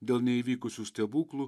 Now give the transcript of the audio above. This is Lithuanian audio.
dėl neįvykusių stebuklų